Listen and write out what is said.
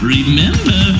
Remember